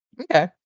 Okay